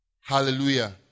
Hallelujah